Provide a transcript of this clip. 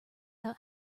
out